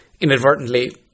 inadvertently